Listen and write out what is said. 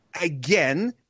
again